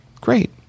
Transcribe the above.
Great